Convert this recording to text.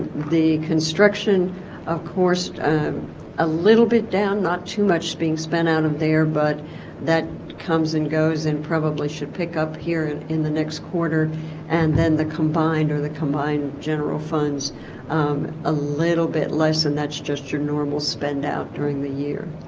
the construction of course a little bit down not too much being spent out of there but that comes and goes and probably should pick up here in in the next quarter and then the combined or the combine of general funds um a little bit less and that's just your normal spend out during the year